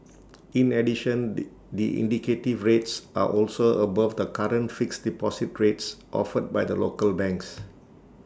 in addition the indicative rates are also above the current fixed deposit rates offered by the local banks